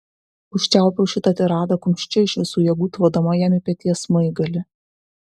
užčiaupiau šitą tiradą kumščiu iš visų jėgų tvodama jam į peties smaigalį